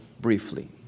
briefly